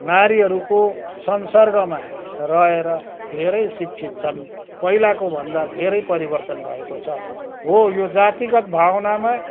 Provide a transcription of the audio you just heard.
नारीहरूको संसर्गमा रहेर धेरै शिक्षित छन् पहिलाको भन्दा धेरै परिवर्तन भएको छ हो यो जातिगत भावनामा